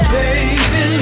baby